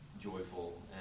joyful